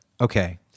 okay